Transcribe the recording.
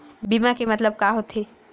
बीमा के मतलब का होथे?